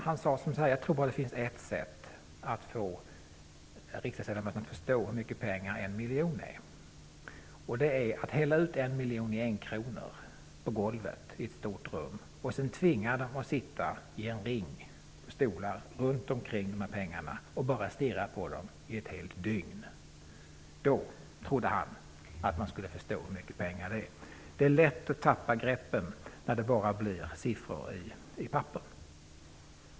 Han trodde att det bara fanns ett sätt att få riksdagsledamöterna att förstå hur mycket pengar en miljon är, nämligen att hälla ut en miljon i enkronor på golvet i ett stort rum och sedan tvinga ledamöterna att sitta på stolar i en ring runtomkring pengarna och bara stirra på dem i ett helt dygn. Då, trodde han, skulle de förstå hur mycket pengar en miljon är. Det är lätt att tappa greppet när det bara är siffror på papper.